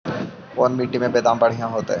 कोन मट्टी में बेदाम बढ़िया होतै?